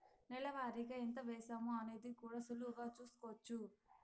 నెల వారిగా ఎంత వేశామో అనేది కూడా సులువుగా చూస్కోచ్చు